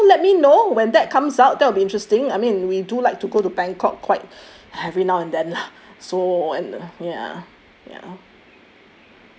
ya ya ya so let me know when that comes out that will be interesting I mean we do like to go to bangkok quite every now and then lah so and ya ya